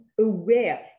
aware